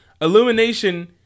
Illumination